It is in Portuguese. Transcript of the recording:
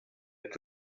que